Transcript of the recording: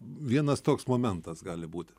vienas toks momentas gali būt